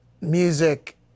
music